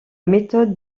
méthode